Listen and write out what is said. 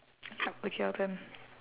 okay your turn